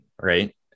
right